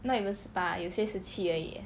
not even 十八有些十七而已 eh